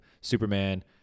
superman